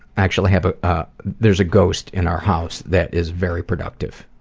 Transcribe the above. actually have ah a there's a ghost in our house that is very productive.